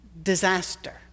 Disaster